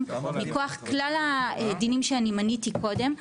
מכוח כלל הדינים שאני מניתי קודם.